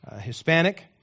Hispanic